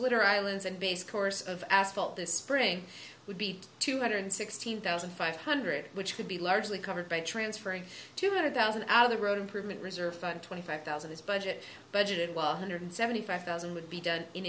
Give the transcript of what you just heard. splitter islands and base course of asphalt this spring would be two hundred sixteen thousand five hundred which could be largely covered by transferring two hundred thousand out of the road improvement reserve fund twenty five thousand this budget budgeted one hundred seventy five thousand would be done in